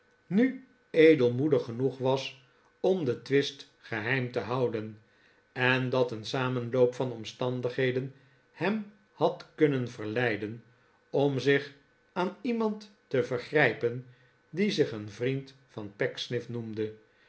nu edelmoe'dig genoeg was om den twist geheim te houden en dat een samenloop van omstandigheden hem had kunnen verleiden om zich aan iemand te vergrijpen die zich een vriend van pecksniff noemde